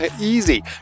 Easy